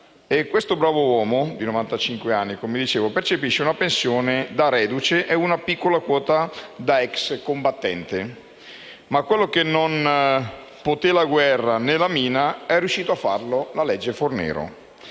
Questo bravo uomo di novantacinque anni percepisce una pensione da reduce e una piccola quota da ex combattente. Ma ciò che non poterono né la guerra né la mina è riuscito a farlo la legge Fornero,